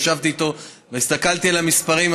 ישבתי איתו והסתכלתי על המספרים,